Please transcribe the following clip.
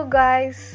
guys